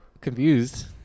confused